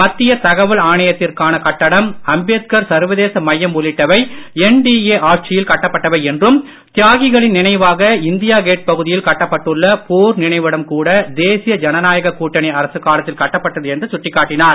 மத்திய தகவல் ஆணையத்திற்கான கட்டடம் அம்பேத்கர் சர்வதேச மையம் உள்ளிட்டவை என்டிஏ ஆட்சியில் கட்டப்பட்டவை என்றும் தியாகிகளின் நினைவாக இந்தியா கேட் பகுதியில் கட்டப்பட்டுள்ள போர் நினைவிடம் கூட தேசிய ஜனநாயக கூட்டணி அரசு காலத்தில் கட்டப்பட்டது என்று சுட்டிக் காட்டினார்